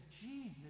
Jesus